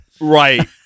Right